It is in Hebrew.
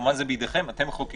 כמובן זה בידיכם, אתם מחוקקים,